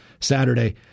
Saturday